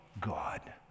God